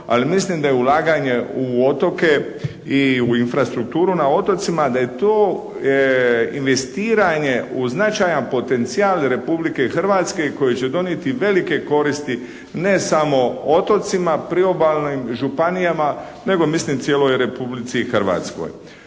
ali mislim da je ulaganje u otoke i u infrastrukturu na otocima da je to investiranje u značajan potencijal Republike Hrvatske koji će donijeti velike koristi ne samo otocima, priobalnim županijama nego mislim cijeloj Republici Hrvatskoj.